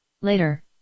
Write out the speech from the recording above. Later